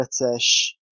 British